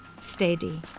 steady